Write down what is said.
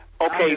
Okay